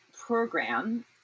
program